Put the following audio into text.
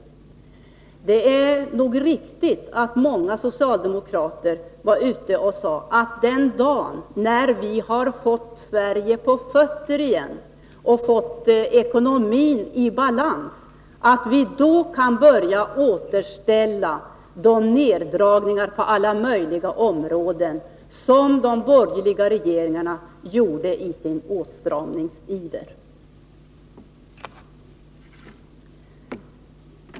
Men det är nog riktigt att många socialdemokrater sade att den dagen då vi har fått Sverige på fötter igen och fått ekonomin i balans skall vi börja återställa resurserna efter de neddragningar på alla möjliga områden som de borgerliga regeringarna gjorde i sin åtstramningsiver.